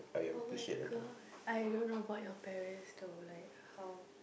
oh-my-god I don't know about your parents though like how